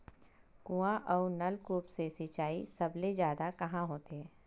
कुआं अउ नलकूप से सिंचाई सबले जादा कहां होथे?